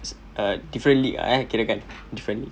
it's like different league ah kirakan different league